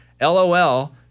LOL